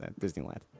Disneyland